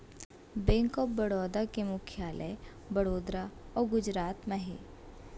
bank of Baroda के मुख्यालय बड़ोदरा अउ गुजरात म हे